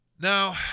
Now